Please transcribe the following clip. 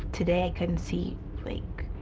today i couldn't see, like,